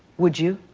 would you?